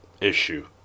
issue